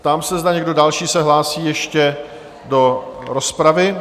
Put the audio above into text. Ptám se, zda někdo další se hlásí ještě do rozpravy?